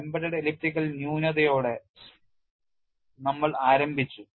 embedded elliptical ന്യൂനതയോടെ നമ്മൾ ആരംഭിച്ചു